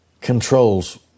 controls